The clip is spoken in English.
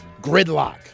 Gridlock